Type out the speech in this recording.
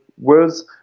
words